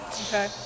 Okay